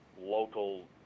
local